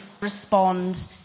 respond